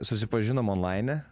susipažinom onlaine